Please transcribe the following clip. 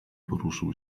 poruszył